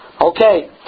Okay